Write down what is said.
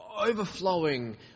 overflowing